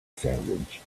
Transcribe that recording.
sandwich